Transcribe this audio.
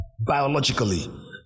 biologically